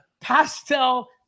pastel